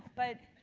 but